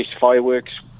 fireworks